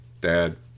Dad